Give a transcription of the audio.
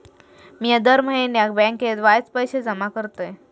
मिया दर म्हयन्याक बँकेत वायच पैशे जमा करतय